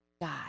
God